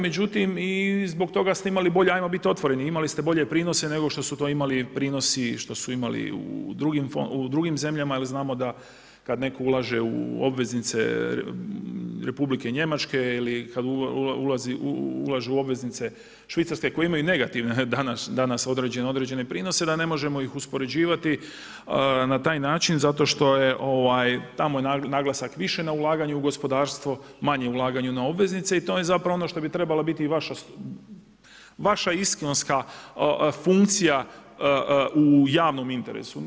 Međutim i zbog toga ste bolje, ajmo bit otvoreni, imali ste bolje prinose nego što su to imali prinosi što su imali u drugim zemljama jer znamo da kad netko ulaže u obveznice Republike Njemačke ili kad ulaže u obveznice Švicarske, koji imaju negativne danas određene prinose, da ne možemo ih uspoređivati na taj način zato što je tamo naglasak više na ulaganje u gospodarstvo, manje ulaganje na obveznice i to je zapravo ono što bi trebala biti i vaša iskonska funkcija u javnom interesu.